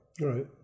Right